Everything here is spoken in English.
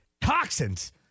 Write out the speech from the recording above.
toxins